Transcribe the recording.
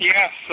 Yes